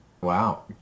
Wow